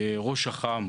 ראש אח״מ,